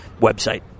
website